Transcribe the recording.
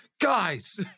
guys